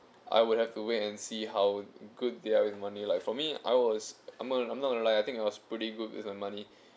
I would have to wait and see how good they are with money like for me I was I'm I'm not gonna lie I think I was pretty good with the money